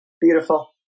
Beautiful